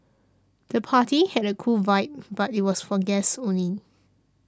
the party had a cool vibe but was for guests only